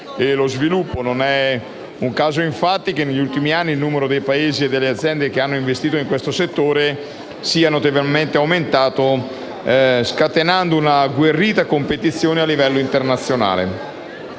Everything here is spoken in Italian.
lo sviluppo. Non è un caso che negli ultimi anni il numero dei Paesi e delle aziende che hanno investito in questo settore sia notevolmente aumentato, scatenando un'agguerrita competizione a livello internazionale.